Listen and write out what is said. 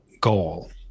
goal